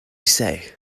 say